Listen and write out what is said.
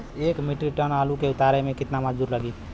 एक metric ton आलू के उतारे मे कितना मजदूर लागि?